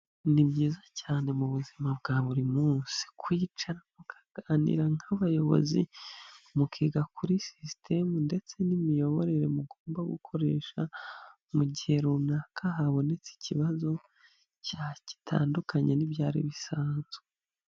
Ni byiza cyane mu buzima bwa buri munsi kwiicara mukaganira nk'abayobozi mukiga kuri sisitemu ndetse n'imiyoborere mugomba gukoresha mu gihe runaka habonetse ikibazo gitandukanye n'ibyari bisanzwe.